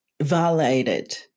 violated